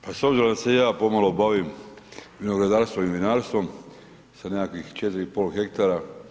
Pa s obzirom da se i ja pomalo bavim vinogradarstvom i vinarstvom sa nekakvih 4,5 hektara.